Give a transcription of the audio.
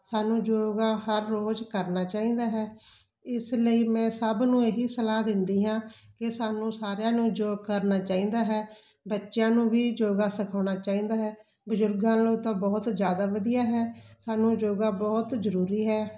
ਸਾਨੂੰ ਯੋਗਾ ਹਰ ਰੋਜ਼ ਕਰਨਾ ਚਾਹੀਦਾ ਹੈ ਇਸ ਲਈ ਮੈਂ ਸਭ ਨੂੰ ਇਹ ਹੀ ਸਲਾਹ ਦਿੰਦੀ ਹਾਂ ਕਿ ਸਾਨੂੰ ਸਾਰਿਆਂ ਨੂੰ ਯੋਗ ਕਰਨਾ ਚਾਹੀਦਾ ਹੈ ਬੱਚਿਆਂ ਨੂੰ ਵੀ ਯੋਗਾ ਸਿਖਾਉਣਾ ਚਾਹੀਦਾ ਹੈ ਬਜ਼ੁਰਗਾਂ ਨੂੰ ਤਾਂ ਬਹੁਤ ਜ਼ਿਆਦਾ ਵਧੀਆ ਹੈ ਸਾਨੂੰ ਯੋਗਾ ਬਹੁਤ ਜ਼ਰੂਰੀ ਹੈ